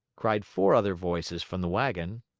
cried four other voices from the wagon.